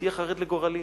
תהיה חרד לגורלי.